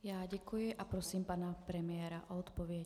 Já děkuji a prosím pana premiéra o odpověď.